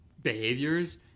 behaviors